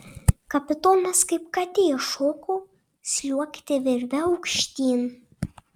kapitonas kaip katė šoko sliuogti virve aukštyn